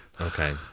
Okay